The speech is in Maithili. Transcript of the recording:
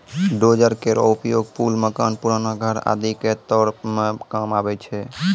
डोजर केरो उपयोग पुल, मकान, पुराना घर आदि क तोरै म काम आवै छै